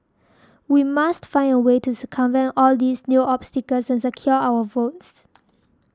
we must find a way to circumvent all these new obstacles and secure our votes